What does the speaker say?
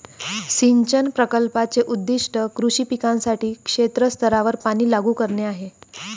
सिंचन प्रकल्पाचे उद्दीष्ट कृषी पिकांसाठी क्षेत्र स्तरावर पाणी लागू करणे आहे